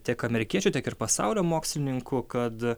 tiek amerikiečių tiek ir pasaulio mokslininkų kad